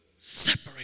Separate